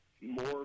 more